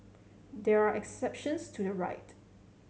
there are exceptions to the right